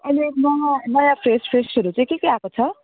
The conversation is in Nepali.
अहिले म नयाँ फ्रेस फ्रेसहरू चाहिँ के के आएको छ